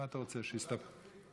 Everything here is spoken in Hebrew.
מה אתה רוצה, שיסתפקו?